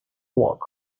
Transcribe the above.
work